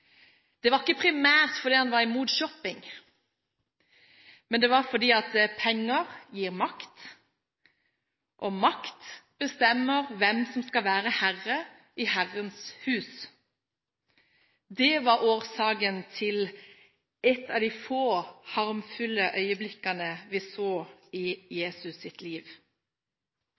Det var ikke primært fordi han var imot shopping, men det var fordi penger gir makt, og makt bestemmer hvem som skal være herre i Herrens hus. Det var årsaken til et av de få harmfulle øyeblikkene vi så i Jesu liv.